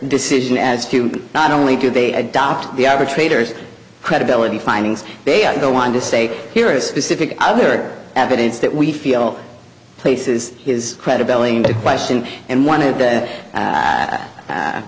decision as to not only do they adopt the arbitrator's credibility findings they go on to say here are specific other evidence that we feel places his credibility into question and one of the